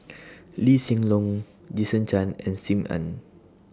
Lee Hsien Loong Jason Chan and SIM Ann